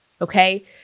okay